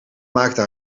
maakte